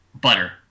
Butter